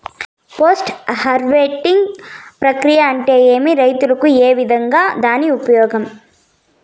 Post harvesting ప్రక్రియ అంటే ఏమి? రైతుకు ఏ విధంగా దాని వల్ల ఉపయోగం?